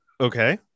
Okay